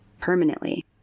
permanently